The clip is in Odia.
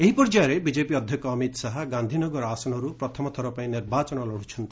ଏହି ପର୍ଯ୍ୟାୟରେ ବିକେପି ଅଧ୍ୟକ୍ଷ ଅମିତ୍ ଶାହା ଗାନ୍ଧିନଗର ଆସନରୁ ପ୍ରଥମ ଥରପାଇଁ ନିର୍ବାଚନ ଲଢୁଛନ୍ତି